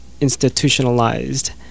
Institutionalized